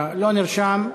לא נרשם.